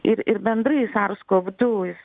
ir ir bendrai sars kov du jis